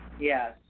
Yes